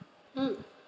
mm